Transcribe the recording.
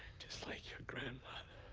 just like your grandmother.